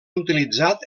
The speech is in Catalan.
utilitzat